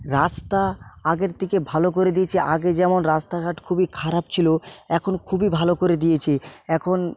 রাস্তা আগের থেকে ভালো করে দিয়েছে আগে যেমন রাস্তাঘাট খুবই খারাপ ছিল এখন খুবই ভালো করে দিয়েছে এখন